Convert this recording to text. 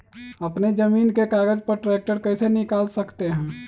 अपने जमीन के कागज पर ट्रैक्टर कैसे निकाल सकते है?